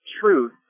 truth